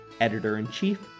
editor-in-chief